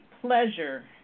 pleasure